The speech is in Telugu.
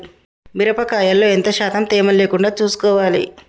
మిరప కాయల్లో ఎంత శాతం తేమ లేకుండా చూసుకోవాలి?